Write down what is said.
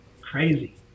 crazy